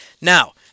Now